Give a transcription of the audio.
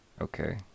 okay